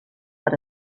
per